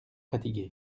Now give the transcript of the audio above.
fatigué